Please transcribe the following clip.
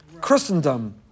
Christendom